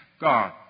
God